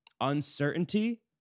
uncertainty